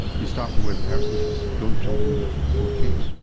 you start from where the person is, don't jump in with both feet.